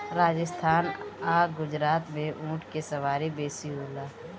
राजस्थान आ गुजरात में ऊँट के सवारी बेसी होला